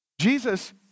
Jesus